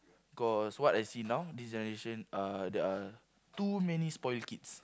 cause what I see now this generation uh there are too many spoil kids